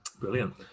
brilliant